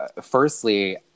firstly